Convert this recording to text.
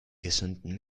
gesunden